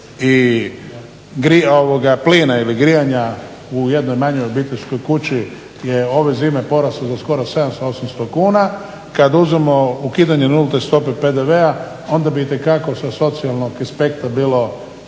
struje i plina ili grijanja u jednoj manjoj obiteljskoj kući je ove zime porasla za skoro 700, 800 kuna, kad uzmemo ukidanje nulte stop PDV-a onda bi itekako sa socijalnog aspekta bilo